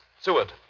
Seward